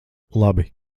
labi